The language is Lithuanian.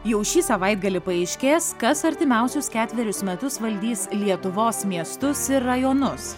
jau šį savaitgalį paaiškės kas artimiausius ketverius metus valdys lietuvos miestus ir rajonus